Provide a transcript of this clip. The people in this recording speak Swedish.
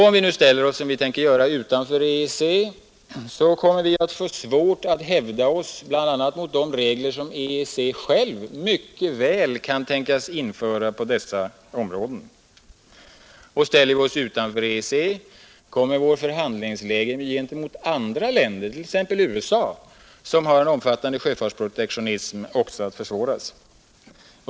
Om vi nu, som vi tänker göra, ställer oss utanför EEC kommer vi att få svårt att hävda oss bl.a. mot de regler som EEC själv mycket väl kan tänkas införa på dessa områden. Ställer vi oss utanför EEC, kommer vårt förhandlingsläge mot andra länder, t.ex. USA som har en omfattande sjöfartsprotektionism, också att försvåras.